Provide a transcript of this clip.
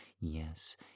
yes